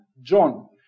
John